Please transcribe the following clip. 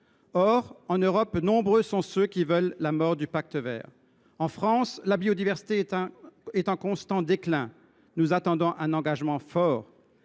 Or, en Europe, nombreux sont ceux qui veulent la mort du Pacte vert. En France, la biodiversité est en constant déclin. Nous attendons un engagement fort,